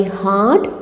hard